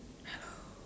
hello